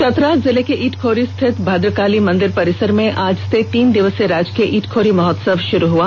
चतरा जिले के ईटखोरी स्थित भद्रकाली मंदिर परिसर में आज से तीन दिवसीय राजकीय ईटखोरी महोत्सव शुरू हो गया